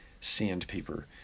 sandpaper